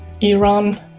Iran